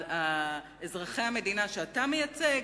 אזרחי המדינה שאתה מייצג?